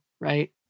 right